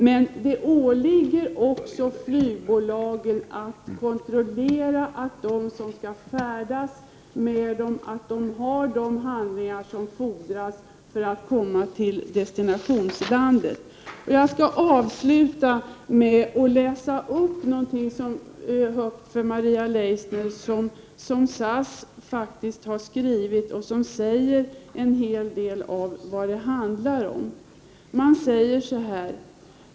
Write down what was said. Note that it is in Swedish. Men det åligger flygbolagen att kontrollera att de resenärer som skall färdas med dem har de handlingar som fordras för att komma till destinationslandet. Jag skall avslutningsvis läsa högt för Maria Leissner vad SAS faktiskt har skrivit, och det säger en hel del om vad det hela handlar om. Man säger följande: ”T.ex.